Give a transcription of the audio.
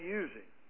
using